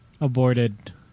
Aborted